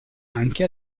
anche